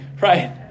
Right